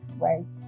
Right